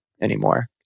anymore